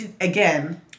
again